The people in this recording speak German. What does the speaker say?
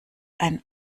ein